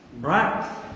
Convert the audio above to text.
Right